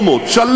הכבוד,